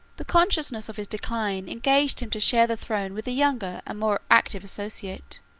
the consciousness of his decline engaged him to share the throne with a younger and more active associate